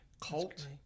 Cult